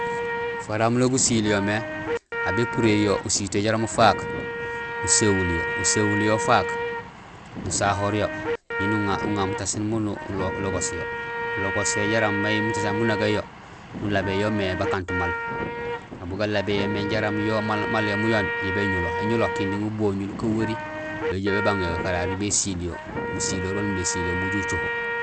Ēfara miin nak gusiil yo mé, wa bépuréén usiit yo jaraam ufaak, nusewul yo, usewul yo ufaak nusahoor ñé nuŋa mutaséén miin ulogoos yo. Ulogoos yo may jaraam may mutaséén munogéén yo, nulabéén yo mé bakanut maal. Aw bugalabéén mé jaraam maal yo muyonde yo béñulo. Éñulo kindi obo ul ukan wori béjoow bébang yo gakarari bésiil yo musiloor baan ubimé usiil yo umbi uju ucoho.